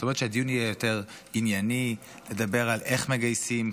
זאת אומרת שהדיון יהיה יותר ענייני: לדבר על איך מגייסים,